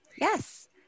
Yes